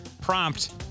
prompt